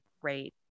great